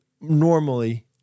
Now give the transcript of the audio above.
normally